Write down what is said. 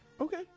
Okay